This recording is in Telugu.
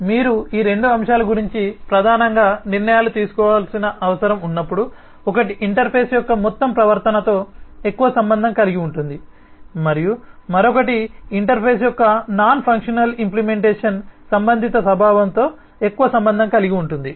కానీ మీరు ఈ రెండు అంశాల గురించి ప్రధానంగా నిర్ణయాలు తీసుకోవలసిన అవసరం ఉన్నపుడు ఒకటి ఇంటర్ఫేస్ యొక్క మొత్తం ప్రవర్తనతో ఎక్కువ సంబంధం కలిగి ఉంటుంది మరియు మరొకటి ఇంటర్ఫేస్ యొక్క నాన్ ఫంక్షనల్ ఇంప్లిమెంటేషన్ సంబంధిత స్వభావంతో ఎక్కువ సంబంధం కలిగి ఉంటుంది